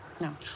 No